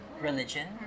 religion